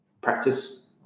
Practice